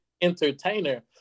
entertainer